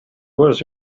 was